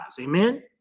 Amen